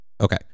okay